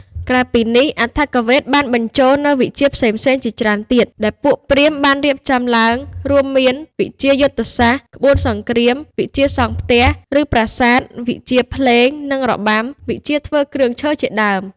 ក្រៅពីនេះ អថវ៌េទក៏បានបញ្ចូលនូវ វិជ្ជាផ្សេងៗជាច្រើនទៀត ដែលពួកព្រាហ្មណ៍បានរៀបចំឡើង រួមមាន វិជ្ជាយុទ្ធសាស្ត្រ ក្បួនសង្គ្រាម វិជ្ជាសង់ផ្ទះ ឬប្រាសាទ វិជ្ជាភ្លេង និងរបាំ វិជ្ជាធ្វើគ្រឿងឈើ ជាដើម។